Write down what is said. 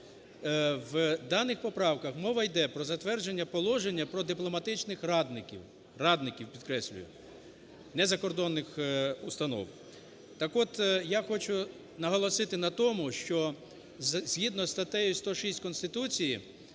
В даних поправках мова іде про затвердження Положення про дипломатичних радників, радників – підкреслюю, не закордонних установ. Так от я хочу наголосити на тому, що, згідно із статтею 106 Конституції,